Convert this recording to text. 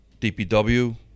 DPW